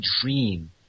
dream